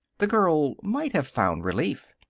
the girl might have found relief.